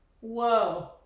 Whoa